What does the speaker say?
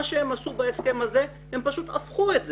מה שהם עשו בהסכם הזה, הם פשוט הפכו את זה.